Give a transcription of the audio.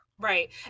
Right